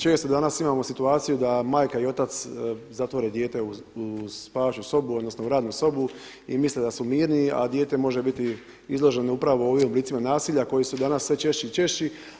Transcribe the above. Čini mi se da danas imamo situaciju da majka i otac zatvore dijete u spavaću sobu, odnosno u radnu sobu i misle da su mirni, a dijete može biti izloženo upravo ovim oblicima nasilja koji su danas sve češći i češći.